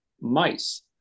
mice